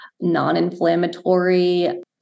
non-inflammatory